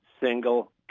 Single